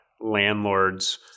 landlords